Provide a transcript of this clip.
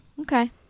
okay